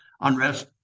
unrest